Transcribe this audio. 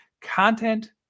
Content